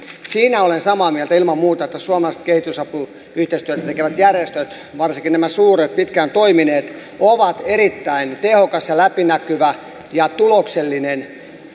siitä olen samaa mieltä ilman muuta että suomalaiset kehitysapuyhteistyötä tekevät järjestöt varsinkin nämä suuret pitkään toimineet ovat erittäin tehokas ja läpinäkyvä ja tuloksellinen